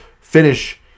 finish